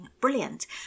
brilliant